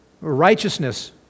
righteousness